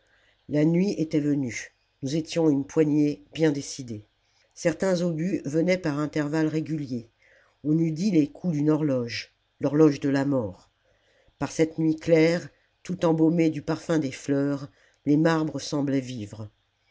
la nuit était venue nous étions une poignée bien décidés certains obus venaient par intervalles réguliers on eût dit les coups d'une horloge l'horloge de la mort par cette nuit claire tout embaumée du parfum des fleurs les marbres semblaient vivre